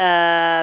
uh